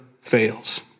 fails